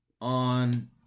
on